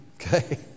Okay